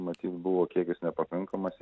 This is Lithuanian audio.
matyt buvo kiekis nepakankamas